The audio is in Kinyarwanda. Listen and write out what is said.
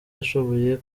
ashoboye